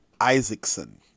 Isaacson